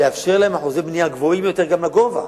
לאפשר להם אחוזי בנייה רבים יותר גם לגובה,